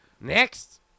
Next